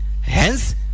Hence